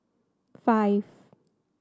five